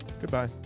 Goodbye